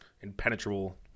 impenetrable